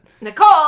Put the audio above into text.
Nicole